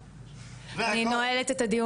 אני נועלת את הדיון,